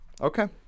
Okay